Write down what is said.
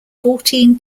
fourteen